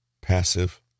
passive